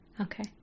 Okay